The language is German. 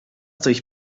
durch